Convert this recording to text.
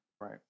Right